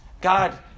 God